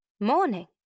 Morning